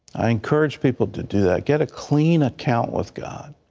i encourage people to do that get a clean account with god.